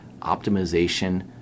optimization